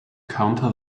counter